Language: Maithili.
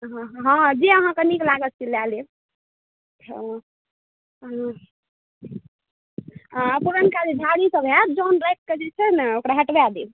हॅं जे अहाँ के नीक लागय से लय लेब हॅं हूँ हॅं पुरनका जे झाड़ी सब होयत तऽ ओकरा हंटबा लेब